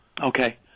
okay